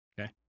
Okay